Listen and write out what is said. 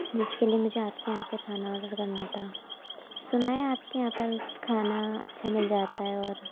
جس کے لیے مجھے آپ کے یہاں سے کھانا آڈر کرنا تھا سنا ہے آپ کے یہاں پر کھانا اچھا مل جاتا ہے اور